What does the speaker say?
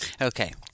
Okay